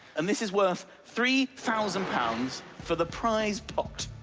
and this is worth three thousand pounds for the prize pot.